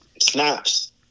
snaps